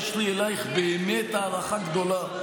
יש לי אלייך באמת הערכה גדולה,